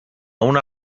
una